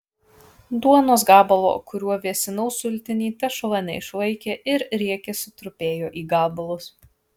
duonos gabalo kuriuo vėsinau sultinį tešla neišlaikė ir riekė sutrupėjo į gabalus